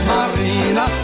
Marina